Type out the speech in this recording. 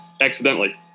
accidentally